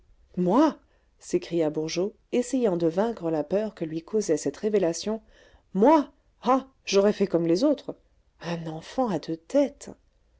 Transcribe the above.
moi s'écria bourgeot essayant de vaincre la peur que lui causait cette révélation moi ah j'aurais fait comme les autres un enfant à deux têtes